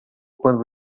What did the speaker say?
quando